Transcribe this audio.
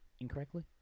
incorrectly